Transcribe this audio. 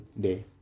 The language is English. Day